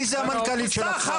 מי זה המנכ"לית של הכפר.